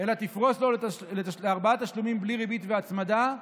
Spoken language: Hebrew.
אלא תפרוס לו לארבעה תשלומים בלי ריבית והצמדה.